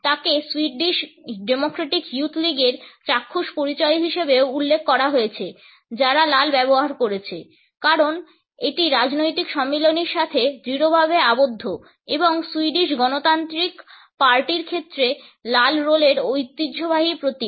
তাকে Swedish democratic youth লীগের চাক্ষুষ পরিচয় হিসেবেও উল্লেখ করা হয়েছে যারা লাল ব্যবহার করেছে কারণ এটি রাজনৈতিক সম্মিলনের সাথে দৃঢ়ভাবে আবদ্ধ এবং সুইডিশ গণতান্ত্রিক পার্টির ক্ষেত্রে লাল রোলের ঐতিহ্যবাহী প্রতীক